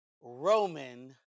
Roman